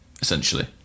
essentially